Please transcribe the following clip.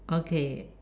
okay